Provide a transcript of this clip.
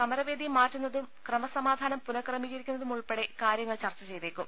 സമരവേദി മാറ്റുന്നതും ക്രമസമാധാനം പുനഃക്രമീ കരിക്കുന്നതുമുൾപ്പെടെ കാര്യങ്ങൾ ചർച്ച ചെയ്തേക്കും